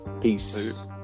Peace